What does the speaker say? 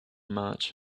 march